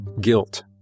guilt